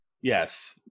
Yes